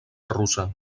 russa